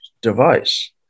device